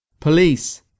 Police